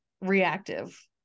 reactive